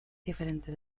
diferente